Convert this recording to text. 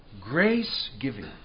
Grace-giving